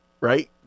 Right